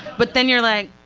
but then you're like,